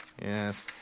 Yes